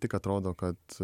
tik atrodo kad